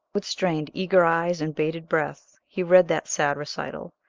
with strained, eager eyes and bated breath he read that sad recital,